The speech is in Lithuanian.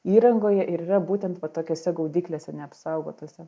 įrangoje ir yra būtent va tokiose gaudyklėse neapsaugotose